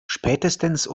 spätestens